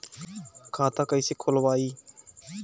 खाता कईसे खोलबाइ?